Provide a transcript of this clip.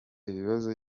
ibibazo